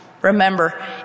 Remember